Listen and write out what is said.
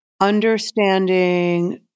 Understanding